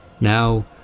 Now